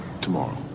tomorrow